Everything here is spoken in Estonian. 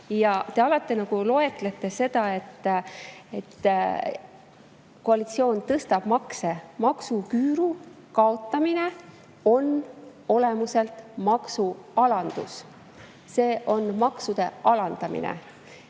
Te alati [mainite] seda, et koalitsioon tõstab makse. Maksuküüru kaotamine on olemuselt maksualandus. See on maksude alandamine.